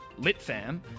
LitFam